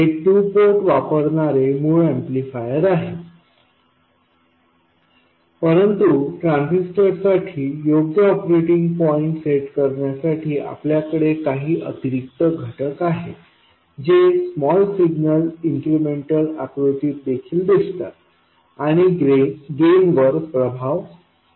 हे two port वापरणारे मुळ ऍम्प्लिफायर आहे परंतु ट्रान्झिस्टरसाठी योग्य ऑपरेटिंग पॉईंट सेट करण्यासाठी आपल्याकडे काही अतिरिक्त घटक आहेत जे स्मॉल सिग्नल इन्क्रिमेंटल आकृतीत देखील दिसतात आणि गेन वर प्रभाव पाडतात